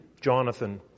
Jonathan